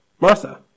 Martha